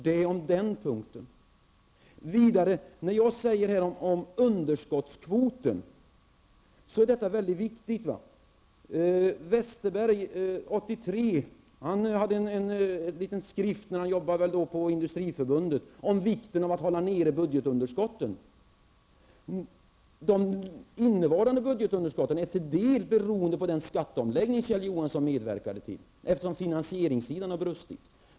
Vidare: Det som jag sade om underskottskvoten är väldigt viktigt. När Per Westerberg arbetade på Industriförbundet gav han 1983 ut en liten skrift, som handlade om vikten av att hålla nere budgetunderskotten. De innevarande budgetunderskotten beror till en del på den skatteomläggning som Kjell Johansson medverkade till, eftersom finansieringssidan har brustit.